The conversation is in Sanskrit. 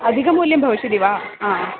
अधिकं मूल्यं भविष्यति वा हा